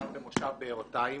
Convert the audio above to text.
במושב בארותיים.